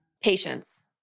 Patience